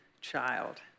child